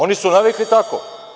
Oni su navikli tako.